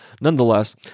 nonetheless